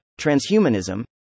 transhumanism